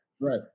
right